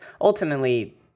ultimately